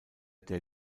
der